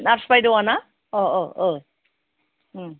nurse बायदआ ना अह अह उम